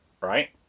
right